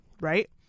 Right